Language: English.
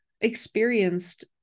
experienced